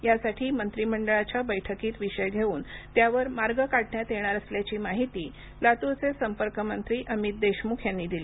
यासाठी मंत्रिमंडळाच्या बैठकीत विषय घेऊन त्यावर मार्ग काढण्यात येणार असल्याची माहिती लातूरचे संपर्क मंत्री अमित देशमुख यांनी दिली